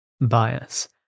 bias